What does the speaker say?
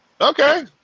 okay